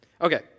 Okay